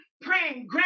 praying